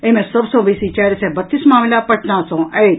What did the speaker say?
एहि मे सभसॅ बेसी चारि सय बत्तीस मामिला पटना सॅ अछि